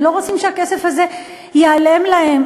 הם לא רוצים שהכסף הזה ייעלם להם.